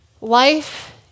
Life